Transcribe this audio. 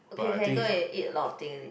but I think it's